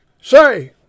Say